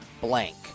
Blank